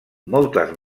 moltes